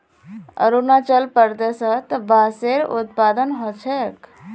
अरुणाचल प्रदेशत बांसेर उत्पादन ह छेक